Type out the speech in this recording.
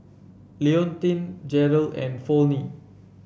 Leontine Jerrell and Volney